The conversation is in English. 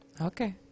Okay